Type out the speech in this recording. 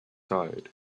tired